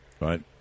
Right